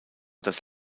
das